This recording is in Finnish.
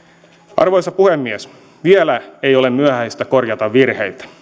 arvoisa puhemies vielä ei ole myöhäistä korjata virheitä